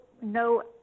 no